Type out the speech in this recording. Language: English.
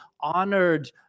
honored